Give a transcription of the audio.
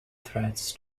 threats